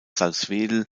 salzwedel